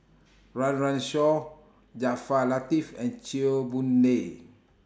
Run Run Shaw Jaafar Latiff and Chew Boon Lay